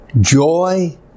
joy